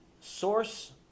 source